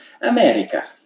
America